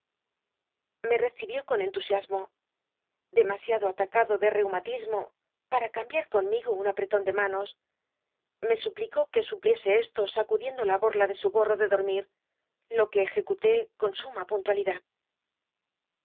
me recibió con entusiasmo demasiado atacado de reumatismo pata cambiat conmigo un apreton biblioteca nacional de españa da vid copperfield de manos me suplicó que supliese esto sacud iendo la bol a de su gorro de dormi r lo que ejecuté con suma puntualidad